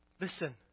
Listen